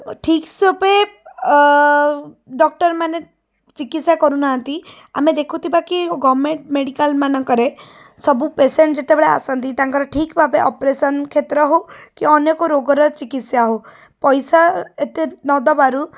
ଠିକ୍ସେ ଆଉ ଡକ୍ଟର୍ମାନେ ଚିକିତ୍ସା କରୁନାହାନ୍ତି ଆମେ ଦେଖୁଥିବାକି ଗଭର୍ଣ୍ଣମେଣ୍ଟ୍ ମେଡ଼ିକାଲ୍ମାନଙ୍କରେ ସବୁ ପେସେଣ୍ଟ୍ ଯେତେବେଳେ ଆସନ୍ତି ତାଙ୍କର ଠିକ୍ ଭାବେ ଅପରେସନ୍ କ୍ଷେତ୍ର ହଉ କି ଅନ୍ୟ କେଉଁ ରୋଗର ଚିକତ୍ସା ହଉ ପଇସା ଏତେ ନ ଦେବାରୁ